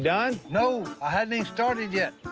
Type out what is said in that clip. done? no, i haven't even started yet.